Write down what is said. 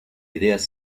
ideas